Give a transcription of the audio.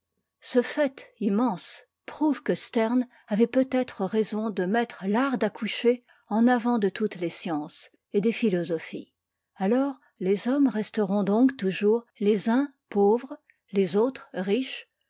ce fait immense prouve que sterne avait peut-être raison de mettre l'art d'accoucher en avant de toutes les sciences et des phiîosophics alors les hommes resteront donc toujours les uns pauvres les autres riches